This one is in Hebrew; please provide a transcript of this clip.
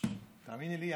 תאמיני לי,